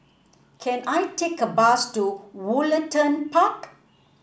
can I take a bus to Woollerton Park